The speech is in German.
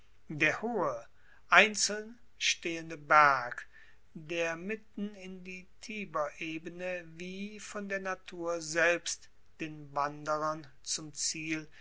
der hohe einzeln stehende berg der mitten in die tiberebene wie von der natur selbst den wanderern zum ziel